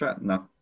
No